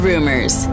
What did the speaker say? Rumors